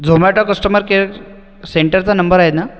Zomato customer care सेंटरचा number आहे ना